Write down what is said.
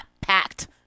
packed